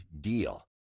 DEAL